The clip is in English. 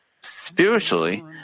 Spiritually